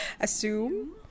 Assume